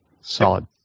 Solid